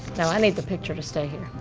no, i need the picture to stay here.